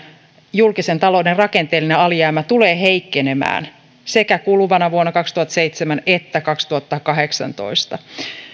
julkisen talouden rakenteellinen alijäämä tulee heikkenemään sekä vuonna kaksituhattaseitsemäntoista että kaksituhattakahdeksantoista